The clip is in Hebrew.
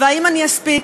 האם אני אספיק?